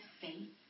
faith